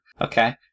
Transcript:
Okay